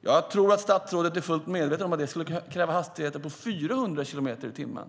Jag tror att statsrådet är fullt medveten om att det skulle kräva hastigheter på 400 kilometer i timmen.